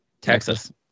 Texas